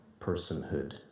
personhood